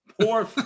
poor